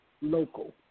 Local